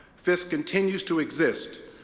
fisk continues to exist,